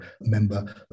member